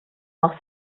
machst